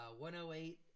108